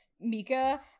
Mika